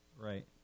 Right